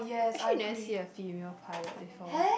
actually you never see a female pilot before